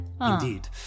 Indeed